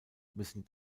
müssen